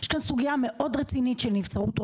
יש כאן סוגייה מאוד רצינית של נבצרות,